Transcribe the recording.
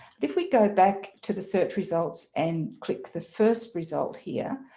if we go back to the search results and click the first result here,